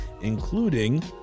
including